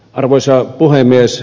arvoisa puhemies